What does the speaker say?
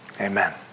Amen